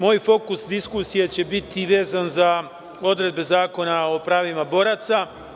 Moj fokus diskusije će biti vezan za odredbe Zakona o pravima boraca.